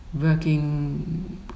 working